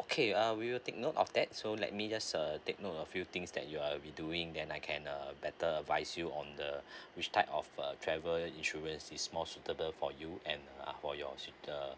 okay uh we will take note of that so let me just uh take note a few things that you uh be doing then I can uh better advice you on the which type of uh travel insurance is more suitable for you and uh for your uh